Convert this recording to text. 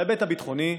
בהיבט הביטחוני,